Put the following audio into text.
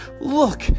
look